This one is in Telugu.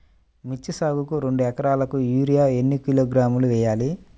మిర్చి సాగుకు రెండు ఏకరాలకు యూరియా ఏన్ని కిలోగ్రాములు వేయాలి?